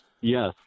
Yes